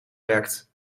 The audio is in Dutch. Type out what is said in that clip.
werkt